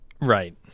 Right